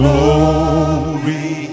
Glory